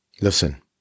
Listen